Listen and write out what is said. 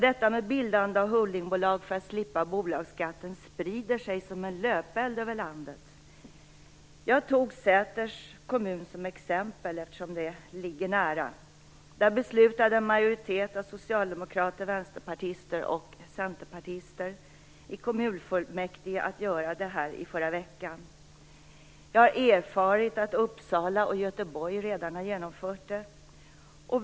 Detta med bildande av holdingbolag för att slippa bolagsskatten sprider sig som en löpeld över landet. Jag tog Säters kommun som ett för mig näraliggande exempel. Där beslutade en majoritet av socialdemokrater, vänsterpartister och centerpartister i kommunfullmäktige i förra veckan att göra detta. Jag har erfarit att Uppsala och Göteborg redan har genomfört det.